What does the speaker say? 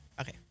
Okay